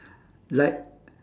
like